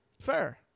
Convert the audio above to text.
Fair